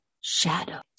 shadow